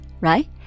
right